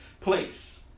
place